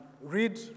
Read